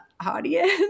Audience